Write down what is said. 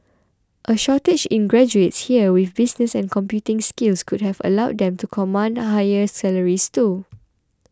a shortage in graduates here with business and computing skills could have allowed them to command higher salaries too